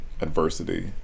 adversity